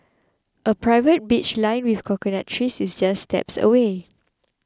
a private beach lined with coconut trees is just steps away